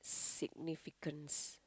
significance